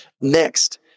Next